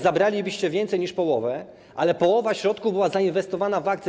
Zabralibyście więcej niż połowę, ale połowa środków była zainwestowana w akcje.